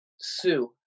Sue